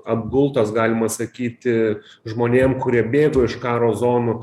apgultos galima sakyti žmonėm kurie bėgo iš karo zonų